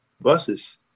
buses